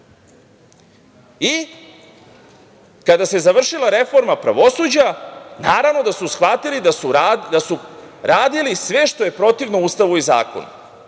I kada se završila reforma pravosuđa naravno da su shvatili da su radili sve što je protivno Ustavu i zakonu